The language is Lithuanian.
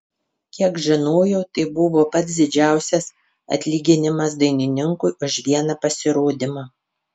kiek žinojau tai buvo pats didžiausias atlyginimas dainininkui už vieną pasirodymą